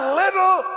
little